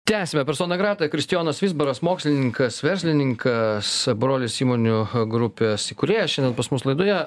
tęsiame persona grata kristijonas vizbaras mokslininkas verslininkas brolis įmonių grupės įkūrėjas šiandien pas mus laidoje